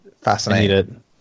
fascinating